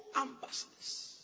ambassadors